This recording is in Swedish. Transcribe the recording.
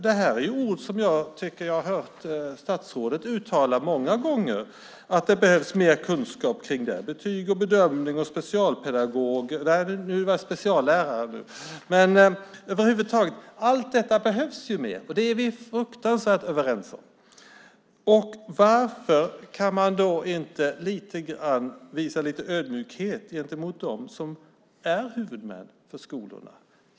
Detta är ord som jag tycker att jag har hört statsrådet uttala många gånger, alltså att det behövs mer kunskap kring betyg och bedömning och att det behövs speciallärare. Över huvud taget behövs det mer av allt detta. Det är vi väldigt överens om. Varför kan man då inte visa lite ödmjukhet gentemot dem som är huvudmän för skolorna?